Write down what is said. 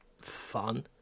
fun